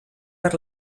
per